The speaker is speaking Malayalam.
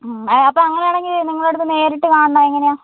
അപ്പോൾ അങ്ങനെ ആണെങ്കിൽ നിങ്ങളടുത്ത് നേരിട്ട് കാണാനാണ് എങ്ങിനെയാണ്